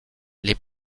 les